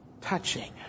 Touching